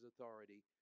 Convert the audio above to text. authority